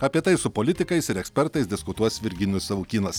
apie tai su politikais ir ekspertais diskutuos virginijus savukynas